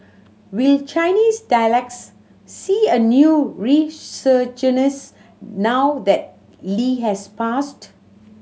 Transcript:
will Chinese dialects see a new resurgence now that Lee has passed